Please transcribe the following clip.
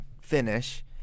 finish